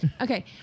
Okay